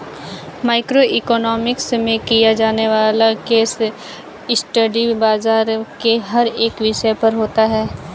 micro economics में किया जाने वाला केस स्टडी बाजार के हर एक विषय पर होता है